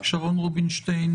שרון רובינשטיין